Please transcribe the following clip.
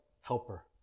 helper